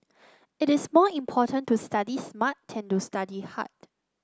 it is more important to study smart than to study hard